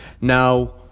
Now